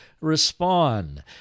respond